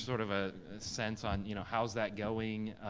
sort of a sense on you know how's that going,